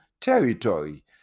territory